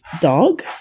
dog